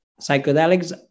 psychedelics